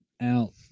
out